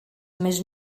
més